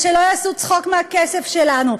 ושלא יעשו צחוק מהכסף שלנו.